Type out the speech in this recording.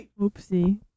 Oopsie